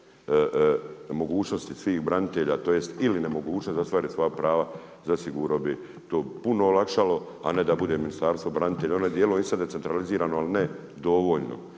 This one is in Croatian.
mogućnosti svih branitelja tj. ili nemogućnosti da ostvare svoja prava, zasigurno bi to puno olakšalo a ne da bude Ministarstvo branitelja, u onom djelu je isto decentralizirano ali ne dovoljno.